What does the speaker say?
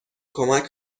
کمک